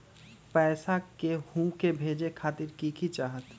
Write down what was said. पैसा के हु के भेजे खातीर की की चाहत?